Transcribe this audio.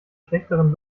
schlechteren